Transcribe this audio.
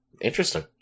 Interesting